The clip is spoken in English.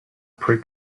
pre